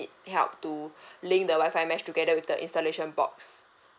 help to link the wifi mesh together with the installation box